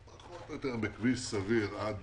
פחות או יותר, כביש סביר עד